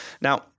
Now